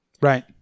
right